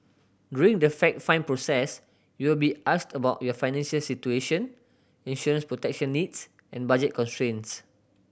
during the fact find process you will be asked about your financial situation insurance protection needs and budget constraints